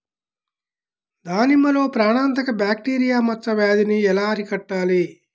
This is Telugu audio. దానిమ్మలో ప్రాణాంతక బ్యాక్టీరియా మచ్చ వ్యాధినీ ఎలా అరికట్టాలి?